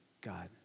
God